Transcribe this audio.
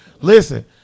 Listen